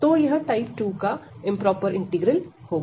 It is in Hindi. तो यह टाइप 2 इंप्रोपर इंटीग्रल होगा